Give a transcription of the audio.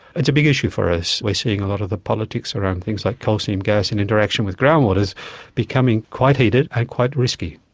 it's a big issue for us. we are seeing a lot of the politics around things like coal seam gas and interaction with groundwaters becoming quite heated and quite risky.